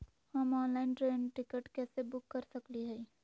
हम online train ticket कैसे book कर सकली हई?